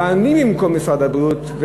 אבל אני במקום משרד הבריאות,